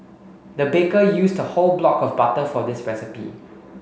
the baker used a whole block of butter for this recipe